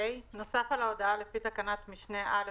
(ה) נוסף על ההודעה לפי תקנת משנה (א)